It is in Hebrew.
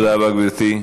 תודה רבה, גברתי.